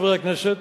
חברי הכנסת,